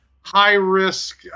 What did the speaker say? high-risk